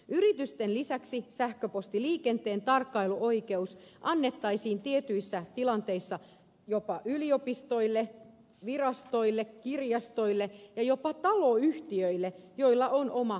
yritysten lisäksi sähköpostiliikenteen tarkkailuoikeus annettaisiin tietyissä tilanteissa jopa yliopistoille virastoille kirjastoille ja jopa taloyhtiöille joilla on oma viestintäverkko